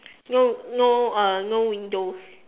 no no uh no windows